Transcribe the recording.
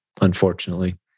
Unfortunately